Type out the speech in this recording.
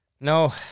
No